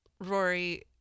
rory